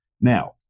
Now